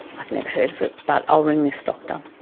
i've never heard of it, but i'll ring this doctor.